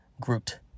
Groot